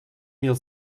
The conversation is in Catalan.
mil